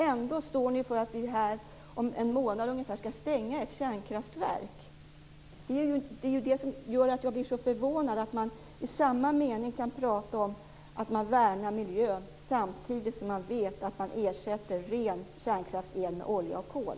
Ändå står ni för att vi om ungefär en månad skall stänga ett kärnkraftverk. Det som gör mig så förvånad är att man i samma mening som man talar om att värna miljön talar om att ersätta ren kärnkraftsel med olja och kol.